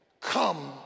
come